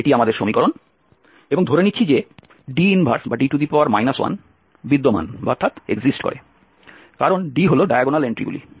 এটি আমাদের সমীকরণ এবং ধরে নিচ্ছি যে D 1 বিদ্যমান কারণ D হল ডায়াগোনাল এন্ট্রিগুলি